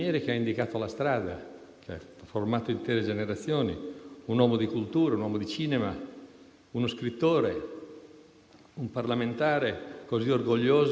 Era così diverso dal tempo di oggi non soltanto per l'età, ma per caratteristiche. Siamo in un tempo in cui tutto è veloce,